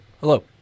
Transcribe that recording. Hello